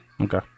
Okay